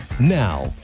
Now